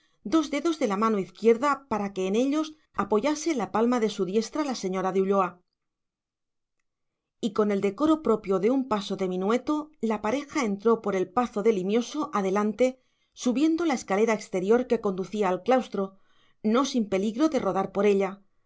dos dedos de la mano izquierda para que en ellos apoyase la palma de su diestra la señora de ulloa y con el decoro propio de un paso de minueto la pareja entró por el pazo de limioso adelante subiendo la escalera exterior que conducía al claustro no sin peligro de rodar por ella